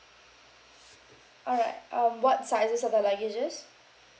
all right um what sizes are the luggages